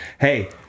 Hey